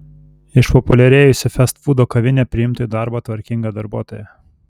išpopuliarėjusi festfūdo kavinė priimtų į darbą tvarkingą darbuotoją